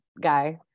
guy